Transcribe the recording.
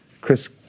Chris